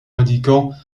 indiquant